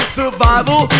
survival